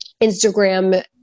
Instagram